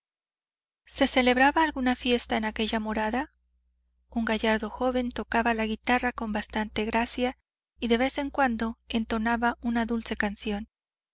se celebraba alguna fiesta en aquella morada un gallardo joven tocaba la guitarra con bastante gracia y de vez en cuando entonaba una dulce canción